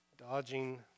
Dodging